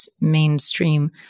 mainstream